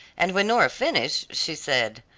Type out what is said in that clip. and when nora finished she said,